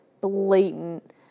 blatant